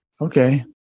Okay